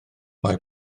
mae